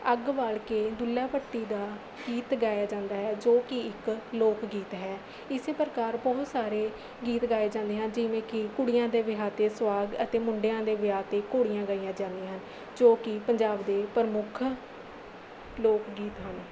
ਅੱਗ ਬਾਲ ਕੇ ਦੁੱਲਾ ਭੱਟੀ ਦਾ ਗੀਤ ਗਾਇਆ ਜਾਂਦਾ ਹੈ ਜੋ ਕਿ ਇੱਕ ਲੋਕ ਗੀਤ ਹੈ ਇਸੇ ਪ੍ਰਕਾਰ ਬਹੁਤ ਸਾਰੇ ਗੀਤ ਗਾਏ ਜਾਂਦੇ ਹਨ ਜਿਵੇਂ ਕਿ ਕੁੜੀਆਂ ਦੇ ਵਿਆਹ 'ਤੇ ਸੁਹਾਗ ਅਤੇ ਮੁੰਡਿਆਂ ਦੇ ਵਿਆਹ 'ਤੇ ਘੋੜੀਆਂ ਗਾਈਆਂ ਜਾਂਦੀਆਂ ਹਨ ਜੋ ਕਿ ਪੰਜਾਬ ਦੇ ਪ੍ਰਮੁੱਖ ਲੋਕ ਗੀਤ ਹਨ